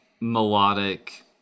Melodic